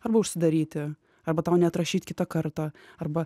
arba užsidaryti arba tau neatrašyt kita karta arba